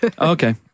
Okay